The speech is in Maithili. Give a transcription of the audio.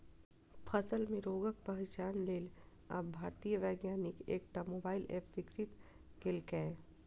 फसल मे रोगक पहिचान लेल आब भारतीय वैज्ञानिक एकटा मोबाइल एप विकसित केलकैए